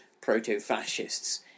proto-fascists